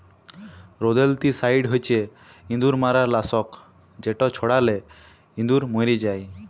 rodenticide হছে ইঁদুর মারার লাসক যেট ছড়ালে ইঁদুর মইরে যায়